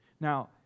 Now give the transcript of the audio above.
Now